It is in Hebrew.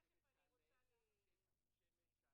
איידס זה לא משהו אחד וסיימנו, זה שילוב של